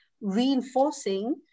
reinforcing